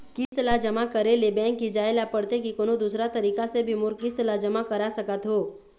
किस्त ला जमा करे ले बैंक ही जाए ला पड़ते कि कोन्हो दूसरा तरीका से भी मोर किस्त ला जमा करा सकत हो?